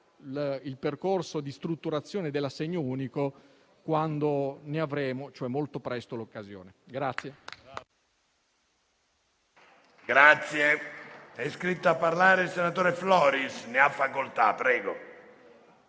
il percorso di strutturazione dell'assegno unico quando ne avremo - molto presto - l'occasione.